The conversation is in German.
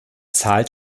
zahlt